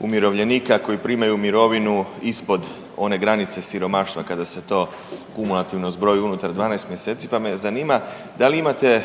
umirovljenika koji primaju mirovinu ispod one granice siromaštva kada se to kumulativno zbroji unutar 12 mjeseci pa me zanima da li imate